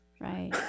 Right